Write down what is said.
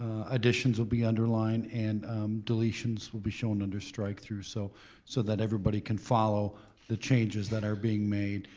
additions will be underlined and deletions will be shown under strike through so so that everybody can follow the changes that are being made.